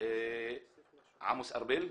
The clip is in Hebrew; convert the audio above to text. עמוס ארבל,